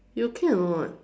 you okay or not